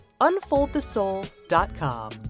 unfoldthesoul.com